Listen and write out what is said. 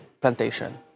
plantation